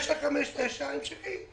959 המשכי.